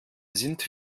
sind